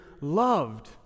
loved